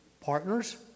partners